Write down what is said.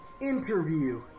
Interview